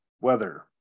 weather